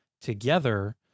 together